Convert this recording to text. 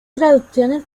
traducciones